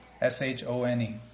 S-H-O-N-E